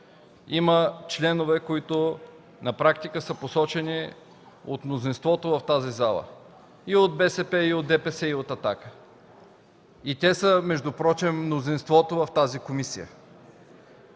има членове, които на практика са посочени от мнозинството в тази зала – и от БСП, и от ДПС, и от „Атака”. Впрочем, те са мнозинството в тази комисия.